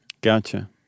Gotcha